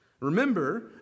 Remember